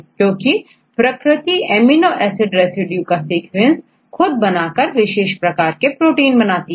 क्योंकि प्रकृति amino acid residue का सीक्वेंस खुद बनाकर विशेष प्रोटीन बनाती है